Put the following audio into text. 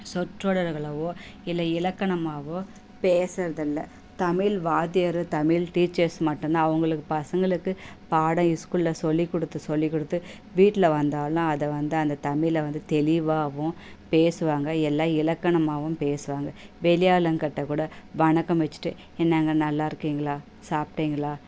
சொற்றொடர்களாவோ இல்லை இலக்கணமாகவோ பேசுறதில்ல தமிழ் வாத்தியார் தமிழ் டீச்சர்ஸ் மட்டும் தான் அவுங்களுக்கு பசங்களுக்கு பாடம் ஸ்கூலில் சொல்லிக்கொடுத்து சொல்லிக்கொடுத்து வீட்டில் வந்தாலும் அதை வந்து அந்த தமிழை வந்து தெளிவாவும் பேசுவாங்க எல்லாம் இலக்கணமாகவும் பேசுவாங்க வெளி ஆளுங்கிட்ட கூட வணக்கம் வச்சிட்டு என்னாங்க நல்லா இருக்கீங்களா சாப்பிட்டீங்களா